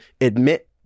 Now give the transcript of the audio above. admit